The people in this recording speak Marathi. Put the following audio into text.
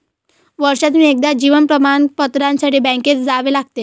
वर्षातून एकदा जीवन प्रमाणपत्रासाठी बँकेत जावे लागते